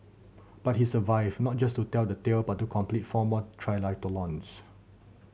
but he survived not just to tell the tale but to complete four more triathlons